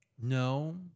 No